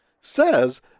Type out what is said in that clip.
says